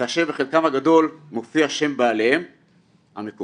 כאשר בחלקם הגדול מופיע שם בעליהם המקורי,